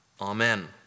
Amen